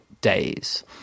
days